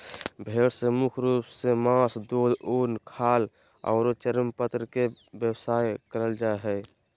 भेड़ से मुख्य रूप से मास, दूध, उन, खाल आरो चर्मपत्र ले व्यवसाय करल जा हई